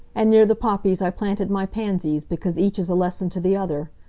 and near the poppies i planted my pansies, because each is a lesson to the other.